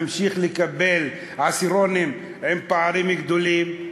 נמשיך לקבל עשירונים עם פערים גדולים,